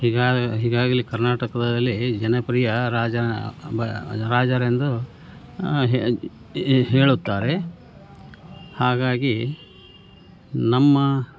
ಈಗಾಗ್ಲೇ ಕರ್ನಾಟಕದಲ್ಲೇ ಜನಪ್ರಿಯ ರಾಜನ ಅ ಬ ರಾಜರೆಂದು ಹೇ ಹೇಳುತ್ತಾರೆ ಹಾಗಾಗಿ ನಮ್ಮ